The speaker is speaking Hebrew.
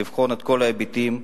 לבחון את כל ההיבטים.